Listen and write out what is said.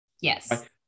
Yes